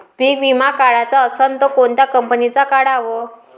पीक विमा काढाचा असन त कोनत्या कंपनीचा काढाव?